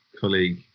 colleague